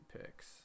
picks